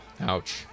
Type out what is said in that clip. Ouch